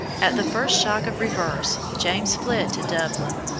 at the first shock of reverse james fled to dublin.